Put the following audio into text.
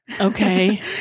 Okay